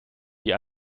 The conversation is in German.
wie